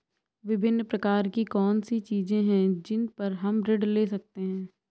विभिन्न प्रकार की कौन सी चीजें हैं जिन पर हम ऋण ले सकते हैं?